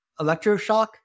electroshock